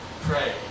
pray